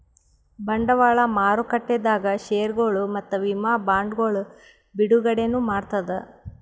ಬಂಡವಾಳ್ ಮಾರುಕಟ್ಟೆದಾಗ್ ಷೇರ್ಗೊಳ್ ಮತ್ತ್ ವಿಮಾ ಬಾಂಡ್ಗೊಳ್ ಬಿಡುಗಡೆನೂ ಮಾಡ್ತದ್